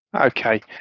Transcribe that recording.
Okay